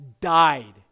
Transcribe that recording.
died